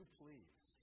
please